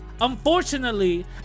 Unfortunately